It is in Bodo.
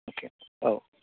अके औ